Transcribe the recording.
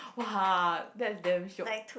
!wah! that's damn shiok